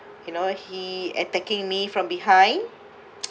you know he attacking me from behind